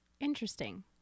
Interesting